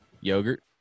yogurt